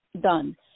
done